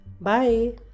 Bye